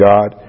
God